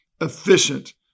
efficient